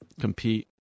compete